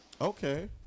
Okay